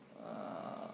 uh